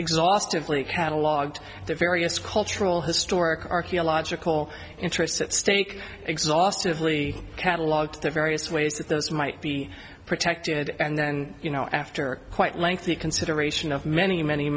exhaustively catalogued the various cultural historic archaeological interests at stake exhaustively catalog the various ways that those might be protected and then you know after quite lengthy consideration of many many